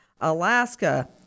Alaska